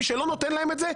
מי שלא נותן להם את זה,